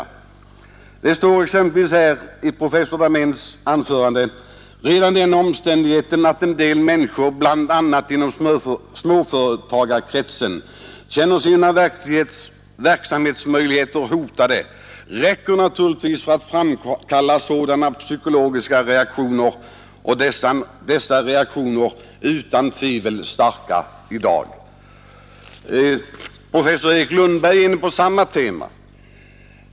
Det står i professor Dahméns anförande bl.a. följande: ”Redan den omständigheten att en hel del människor, bl.a. inom småföretagarkretsen, känner sina verksamhetsmöjligheter hotade räcker naturligtvis för att framkalla sådana psykologiska reaktioner och dessa reaktioner är utan tvivel starka i dag.” Professor Erik Lundberg är inne på samma tema.